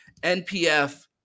npf